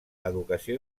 educació